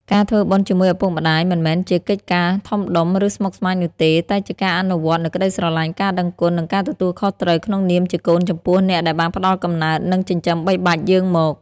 ការ ធ្វើបុណ្យជាមួយឪពុកម្ដាយ មិនមែនជាកិច្ចការធំដុំ ឬស្មុគស្មាញនោះទេ តែជាការអនុវត្តនូវក្តីស្រឡាញ់ ការដឹងគុណ និងការទទួលខុសត្រូវក្នុងនាមជាកូនចំពោះអ្នកដែលបានផ្តល់កំណើត និងចិញ្ចឹមបីបាច់យើងមក។